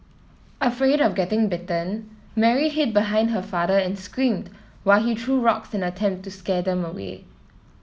afraid of getting bitten Mary hid behind her father and screamed while he threw rocks in an attempt to scare them away